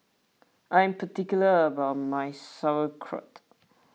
I am particular about my Sauerkraut